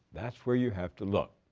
that's where you have to look.